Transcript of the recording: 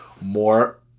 more